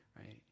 right